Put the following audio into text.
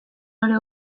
hori